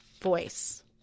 voice